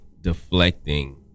deflecting